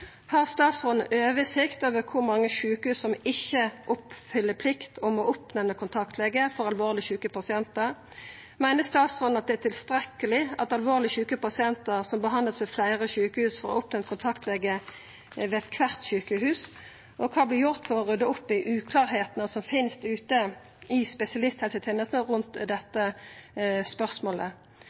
Har statsråden oversikt over kor mange sjukehus som ikkje oppfyller plikt om å oppnemna kontaktlege for alvorleg sjuke pasientar? Meiner statsråden at det er tilstrekkeleg at alvorleg sjuke pasientar som vert behandla ved fleire sjukehus, får oppnemnt kontaktlege ved kvart sjukehus? Og kva vert gjort for å rydda opp i uklarheitene som finst ute i spesialisthelsetenesta rundt dette spørsmålet?